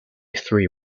three